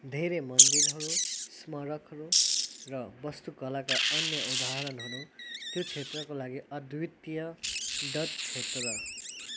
धेरै मन्दिरहरू स्मारकहरू र वस्तुकलाका अन्य उदाहरणहरू त्यो क्षेत्रको लागि अद्वितीय डट क्षेत्र